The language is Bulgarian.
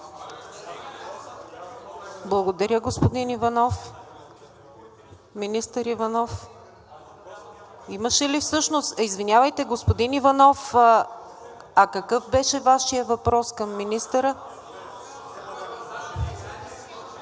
Благодаря, господин Иванов. Министър Иванов? Извинявайте, господин Иванов! А какъв беше Вашият въпрос към министъра?